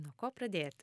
nuo ko pradėti